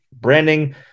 branding